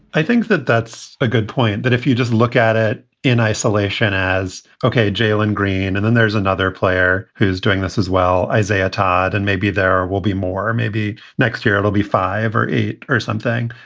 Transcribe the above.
i think that that's a good point, that if you just look at it in isolation as, ok, jalen green, and then there's another player who's doing this as well. isaiah todd. and maybe there will be more or maybe next year it will be five or eight or something.